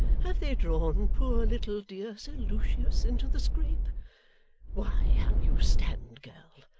have they drawn poor little dear sir lucius into the scrape why how you stand, girl!